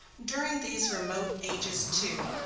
during these remote ages, too,